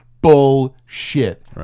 bullshit